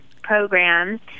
programs